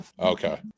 okay